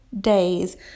days